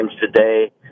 today